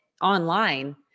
online